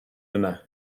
yna